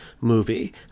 movie